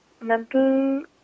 mental